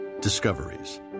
Discoveries